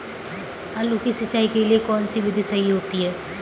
आलू की सिंचाई के लिए कौन सी विधि सही होती है?